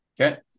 Okay